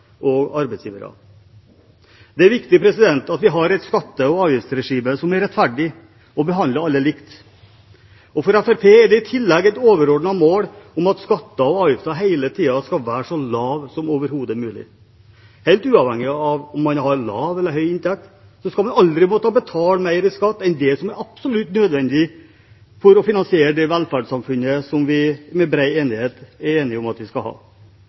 og arbeidsgiverne. Det er viktig at vi har et skatte- og avgiftsregime som er rettferdig og behandler alle likt. For Fremskrittspartiet er det i tillegg et overordnet mål at skatter og avgifter hele tiden skal være så lave som overhodet mulig. Helt uavhengig av om man har lav eller høy inntekt, skal man aldri måtte betale mer i skatt enn det som er absolutt nødvendig for å finansiere det velferdssamfunnet det er bred enighet om at vi skal ha.